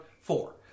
four